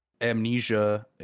Amnesia